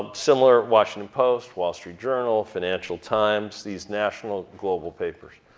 similar washington post, wall street journal, financial times, these national, global papers.